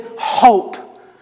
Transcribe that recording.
hope